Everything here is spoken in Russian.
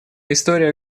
история